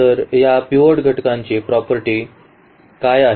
तर या पिव्होट घटकाची प्रॉपर्टी काय आहे